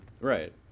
Right